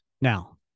Now